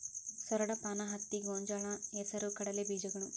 ಸೂರಡಪಾನ, ಹತ್ತಿ, ಗೊಂಜಾಳ, ಹೆಸರು ಕಡಲೆ ಬೇಜಗಳು